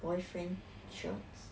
boyfriend shirts